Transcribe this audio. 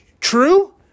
true